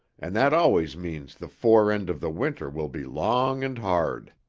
and that always means the fore end of the winter will be long and hard.